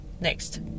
Next